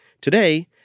Today